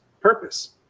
purpose